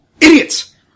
Idiots